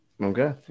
Okay